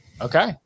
Okay